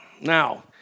Now